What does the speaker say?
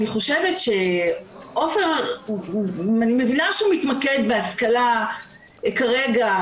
אני מבינה שעופר מתמקד בהשכלה כרגע,